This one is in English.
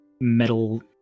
metal